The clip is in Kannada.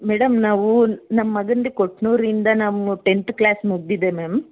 ಮೇಡಮ್ ನಾವು ನಮ್ಮ ಮಗನದು ಕೊಟ್ನೂರಿಂದ ನಾವು ಟೆಂತ್ ಕ್ಲಾಸ್ ಮುಗಿದಿದೆ ಮ್ಯಾಮ್